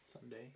Sunday